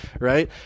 right